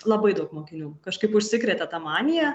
labai daug mokinių kažkaip užsikrėtė ta manija